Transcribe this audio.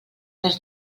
les